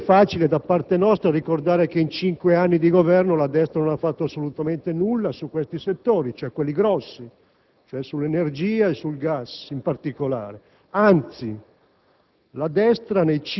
locali. È facile da parte nostra ricordare che, in cinque anni di Governo, la destra non ha fatto assolutamente nulla su questi settori, cioè sull'energia e sul gas in particolare. Anzi,